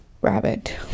rabbit